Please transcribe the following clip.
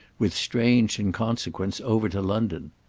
with strange inconsequence, over to london.